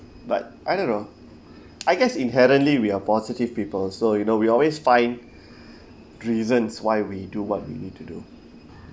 but I don't know I guess inherently we are positive people so you know we always find reasons why we do what we need to do